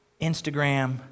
Instagram